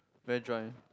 very dry